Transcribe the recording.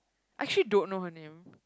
I actually don't know her name